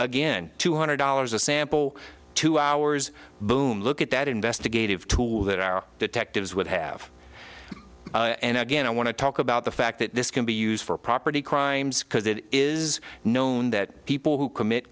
again two hundred dollars a sample two hours boom look at that investigative tool that our detectives would have and again i want to talk about the fact that this can be used for property crimes because it is known that people who commit